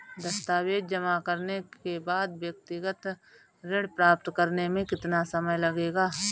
दस्तावेज़ जमा करने के बाद व्यक्तिगत ऋण प्राप्त करने में कितना समय लगेगा?